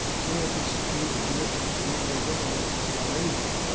some efforts to fuse the commission to green bay government did not end well.